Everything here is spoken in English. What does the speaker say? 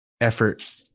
effort